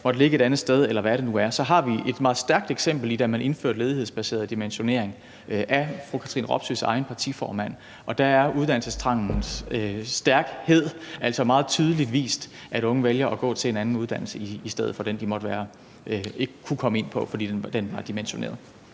måtte ligge et andet sted, eller hvad det nu er, så har vi et meget stærkt eksempel i, da man indførte en ledighedsbaseret dimensionering fra Katrine Robsøes egen partiformands side. Og der har uddannelsestrangens styrke altså meget tydeligt vist, at unge vælger at gå til en anden uddannelse i stedet for den, de ikke måtte være kommet ind på, fordi den var dimensioneret.